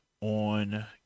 on